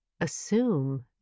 assume